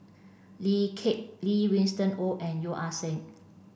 Lee Kip Lee Winston Oh and Yeo Ah Seng